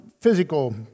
physical